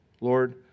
Lord